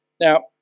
Now